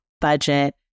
budget